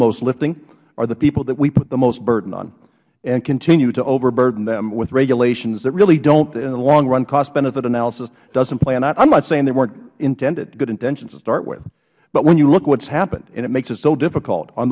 most lifting are the people that we put the most burden on and continue to overburden them with regulations that really don't in the long run cost benefit analysis doesn't play out i am not saying they weren't good intentions to start with but when you look at what has happened and it makes it so difficult on